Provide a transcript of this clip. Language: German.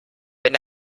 wenn